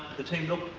the team looked,